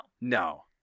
No